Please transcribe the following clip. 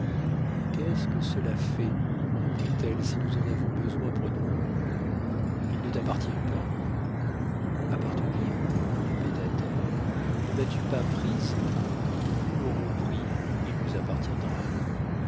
qu'est-ce que cela fait reprit-elle si nous en avons besoin prenons-le il ne t'appartient pas appartenir répéta-t-elle ne m'as-tu pas prise quand nous l'aurons pris il nous appartiendra